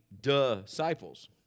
disciples